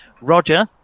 Roger